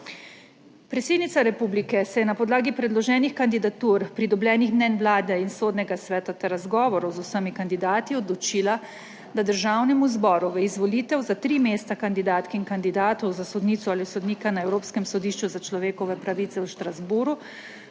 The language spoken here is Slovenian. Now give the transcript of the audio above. Predsednica republike se je na podlagi predloženih kandidatur, pridobljenih mnenj Vlade in Sodnega sveta ter razgovorov z vsemi kandidati odločila, da Državnemu zboru v izvolitev za tri mesta kandidatk in kandidatov za sodnico ali sodnika na Evropskem sodišču za človekove pravice v Strasbourgu